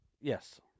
Yes